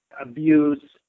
abuse